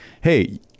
Hey